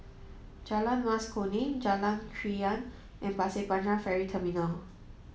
Jalan Mas Kuning Jalan Krian and Pasir Panjang Ferry Terminal